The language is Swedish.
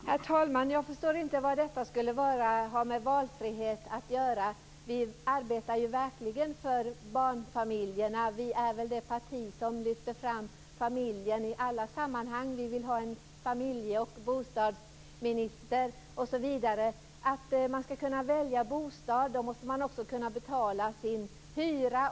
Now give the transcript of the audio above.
Herr talman! Jag förstår inte vad detta bara skulle ha med valfrihet att göra. Vi arbetar verkligen för barnfamiljerna. Kristdemokraterna är det parti som lyfter fram familjen i alla sammanhang. Vi vill ha en familje och bostadsminister osv. Att välja bostad skall också innebära att man kan betala sin hyra.